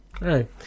Right